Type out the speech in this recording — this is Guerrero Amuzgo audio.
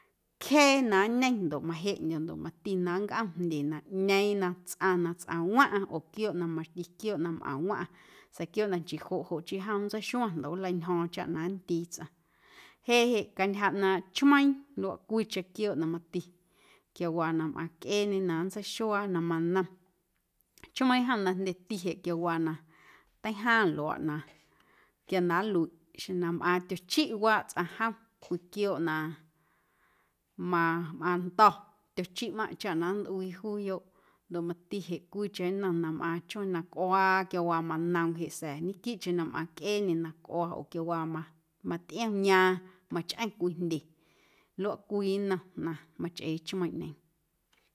Cjee na nñeⁿ ndoꞌ majeꞌndyo̱ ndoꞌ mati na nncꞌom jndye na ꞌñeeⁿ na tsꞌaⁿ na tsꞌaⁿwaⁿꞌaⁿ oo quiooꞌ na mati quiooꞌ na mꞌaⁿ waⁿꞌaⁿ sa̱a̱ quiooꞌ na nchii joꞌ joꞌ chii jom nntseixuaⁿ ndoꞌ nleintyjo̱o̱ⁿ chaꞌ na nndii tsꞌaⁿ jeꞌ jeꞌ cantyja ꞌnaaⁿꞌ chmeiiⁿ luaꞌ cwiicheⁿ quiooꞌ na mati quiawaa na mꞌaⁿcꞌeeñe na nntseixuaa, na manom chmeiiⁿ jom jndyeti jeꞌ quiawaa na teijaaⁿ luaaꞌ na quia na nluiꞌ xeⁿ na mꞌaaⁿ tyochiꞌ waaꞌ tsꞌaⁿ jom cwii quiooꞌ na ma mꞌaaⁿndo̱ tyochiꞌmꞌaⁿꞌ chaꞌ na nntꞌuii juuyoꞌ ndoꞌ mati jeꞌ cwiicheⁿ nnom na mꞌaaⁿ chmeiiⁿ na cꞌuaa quiawaa manoom jeꞌ sa̱a̱ ñequiiꞌcheⁿ na mꞌaⁿcꞌeeñe na cꞌuaa oo quiawaa ma matꞌiomyaaⁿ machꞌeⁿ cwii jndye luaꞌ cwii nnom na machꞌee chmeiiⁿꞌñeeⁿ.